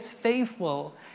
faithful